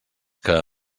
que